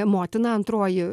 motina antroji